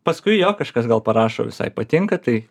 paskui jo kažkas gal parašo visai patinka tai